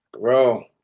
Bro